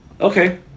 Okay